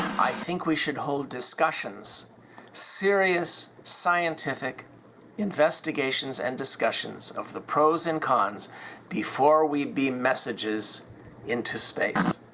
i? think we should hold discussions serious scientific investigations and discussions of the pros and cons before we be messages into space